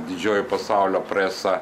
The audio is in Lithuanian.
didžioji pasaulio presa